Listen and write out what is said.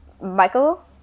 Michael